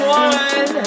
one